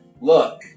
look